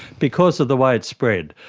because of the way it's spread.